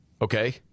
Okay